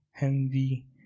envy